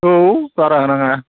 औ बारा होनाङा